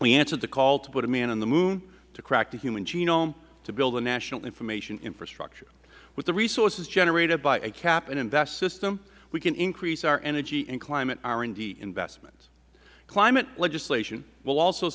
we answered the call to put a man on the moon to crack the human genome to build a national information infrastructure with the resources generated by a cap and invest system we can increase our energy and climate r and d investment climate legislation will also